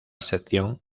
sección